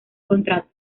contrato